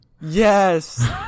Yes